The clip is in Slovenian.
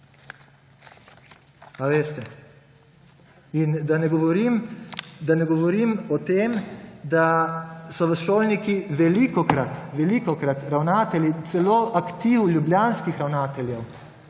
A veste. In da ne govorim o tem, da so vas šolniki velikokrat, velikokrat ravnatelji, celo aktiv ljubljanskih ravnateljev